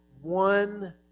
one